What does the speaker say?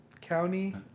County